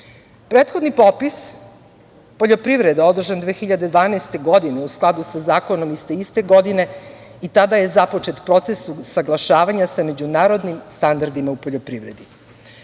itd. Prethodni popis poljoprivrede održan 2012. godine u skladu sa zakonom iz te iste godine i tada je započet proces usaglašavanja sa međunarodnim standardima u poljoprivredi. Budući